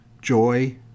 joy